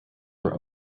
were